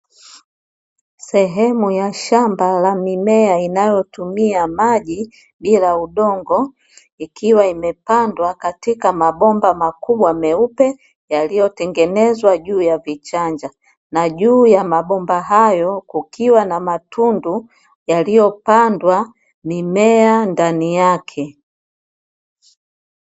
Sehemu ya Shamba la mimea inayotumia maji bila udongo, ikiwa imepandwa katika mabomba makubwa meupe, yaliyotengenezwa juu ya vichanja, na juu ya mabomba hayo kukiwa na matundu yaliyopandwa mimea ndani yake.